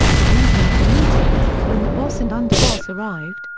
the evening of the meeting, when the boss and underboss arrived,